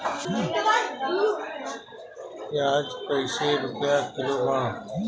प्याज कइसे रुपया किलो बा?